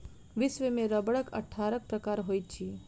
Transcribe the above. विश्व में रबड़क अट्ठारह प्रकार होइत अछि